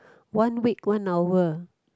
one week one hour